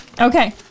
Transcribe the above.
Okay